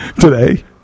Today